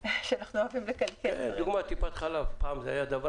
טובה היא טיפת חלב, פעם זה היה דבר